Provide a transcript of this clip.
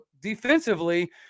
defensively